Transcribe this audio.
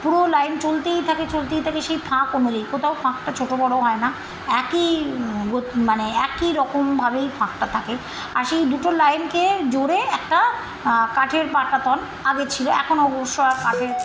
পুরো লাইন চলতেই থাকে চলতেই থাকে সেই ফাঁকও নেই কোথাও ফাঁকটা ছোট বড় হয় না একই মানে একই রকমভাবেই ফাঁকটা থাকে আর সেই দুটো লাইনকে জোরে একটা কাঠের পাটাতন আগে ছিল এখনও অবশ্য কাঠের